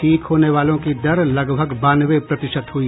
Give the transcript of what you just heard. ठीक होने वालों की दर लगभग बानवे प्रतिशत हुई